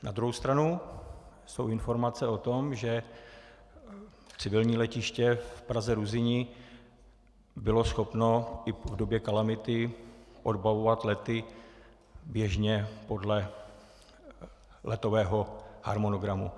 Na druhou stranu jsou informace o tom, že civilní letiště v PrazeRuzyni bylo schopno i v době kalamity odbavovat lety běžně podle letového harmonogramu.